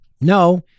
No